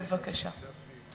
בבקשה.